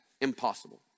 Impossible